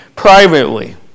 privately